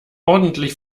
ordentlich